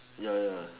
ya ya